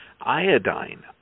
Iodine